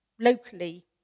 locally